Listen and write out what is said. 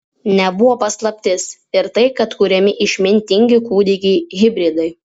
nebuvo paslaptis ir tai kad kuriami išmintingi kūdikiai hibridai